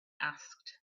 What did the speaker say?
asked